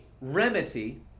remedy